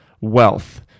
wealth